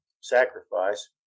sacrifice